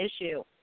issue